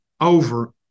over